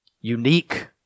unique